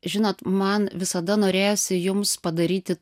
žinot man visada norėjosi jums padaryti